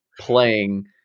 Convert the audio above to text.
playing